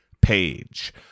Page